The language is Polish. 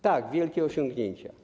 Tak, wielkie osiągnięcia.